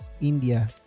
India